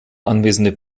anwesende